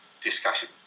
discussion